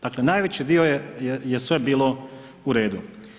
Dakle, najveći dio je sve bilo u redu.